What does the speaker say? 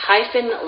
Hyphen